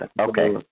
Okay